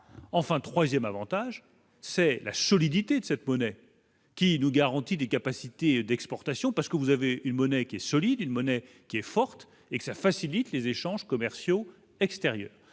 enfin 3ème Avantage c'est la solidité de cette monnaie qui nous garantit des capacités d'exportation parce que vous avez une monnaie qui est solide, une monnaie qui est forte et que ça facilite les échanges commerciaux extérieurs